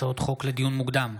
הצעות חוק לדיון מוקדם,